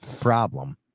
problem